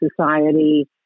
society